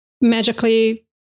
magically